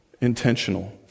intentional